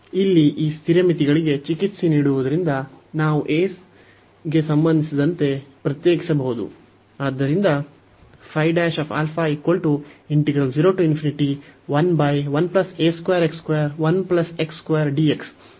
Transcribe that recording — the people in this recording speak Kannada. ಇಲ್ಲಿ ಈ ಸ್ಥಿರ ಮಿತಿಗಳಿಗೆ ನೀಡುವುದರಿಂದ ನಾವು a ಗೆ ಸಂಬಂಧಿಸಿದಂತೆ ಪ್ರತ್ಯೇಕಿಸಬಹುದು